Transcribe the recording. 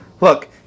Look